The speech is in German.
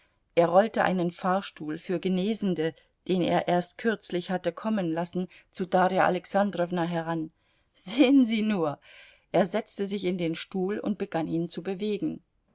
er rollte einen fahrstuhl für genesende den er erst kürzlich hatte kommen lassen zu darja alexandrowna heran sehen sie nur er setzte sich in den stuhl und begann ihn zu bewegen